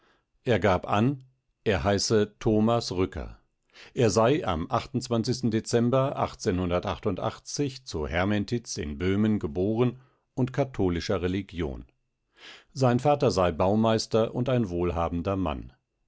er gab an er heiße thomas rücker er sei am dezember zu hermentitz in böhmen geboren und katholischer religion sein vater sei baumeister und ein wohlhabender mann